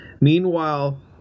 Meanwhile